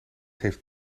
heeft